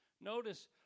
notice